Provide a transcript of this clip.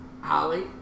Holly